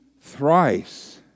thrice